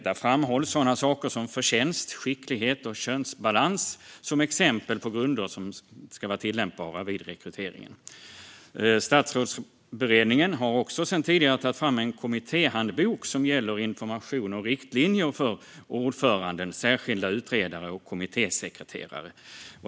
Där framhålls sådana saker som förtjänst, skicklighet och könsbalans som exempel på grunder som ska vara tillämpbara vid rekrytering. Statsrådsberedningen har också tidigare tagit fram en kommittéhandbok som gäller information och riktlinjer för ordförande, särskilda utredare och kommittésekreterare.